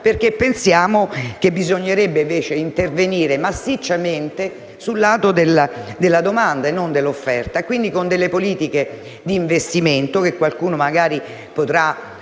perché pensiamo che bisognerebbe intervenire massicciamente sul lato della domanda e non dell'offerta, quindi con politiche di investimento. Qualcuno potrà